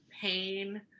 pain